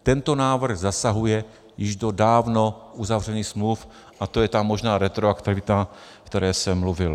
Tento návrh zasahuje již do dávno uzavřených smluv a to je ta možná retroaktivita, o které jsem mluvil.